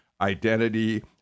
identity